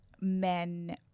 men